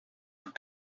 tout